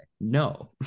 No